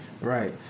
Right